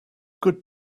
good